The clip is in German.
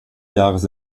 jahres